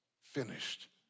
finished